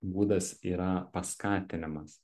būdas yra paskatinimas